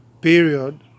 period